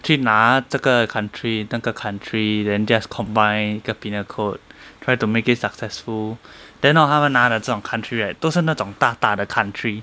去拿这个 country 那个 country then just combine 那个 penal code try to make it successful then hor 他们拿的这种 country right 都是那种大大的 country